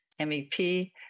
MEP